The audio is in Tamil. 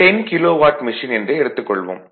10 கிலோவாட் மெஷின் என்றே எடுத்துக் கொள்வோம்